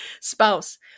spouse